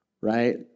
right